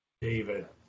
david